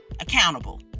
Accountable